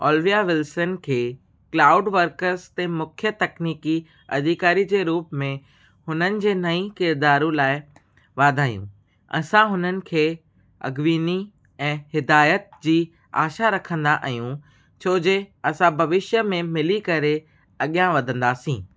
Olivia Wilson खे Cloud Works ते मुख्य तकनीकी अधिकारी जे रूप में उन्हनि जे नईं किरदारु लाइ वाधाईयूं असां उन्हनि खे अॻिविनी ऐं हिदायत जी आशा रखंदा आहियूं छो जे असां भविष्य में मिली करे अॻियां वधंदासीं